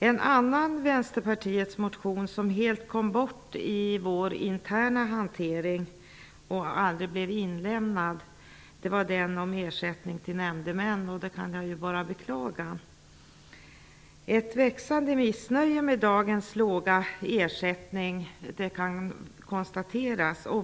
En annan av Vänsterpartiets motioner, som helt kom bort i den interna hanteringen och aldrig blev inlämnad -- vilket jag bara kan beklaga -- handlade om ersättning till nämndemän. Ett växande missnöje med dagens låga ersättning kan konstateras.